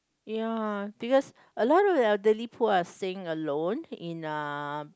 ya because a lot of the elderly poor are staying alone in uh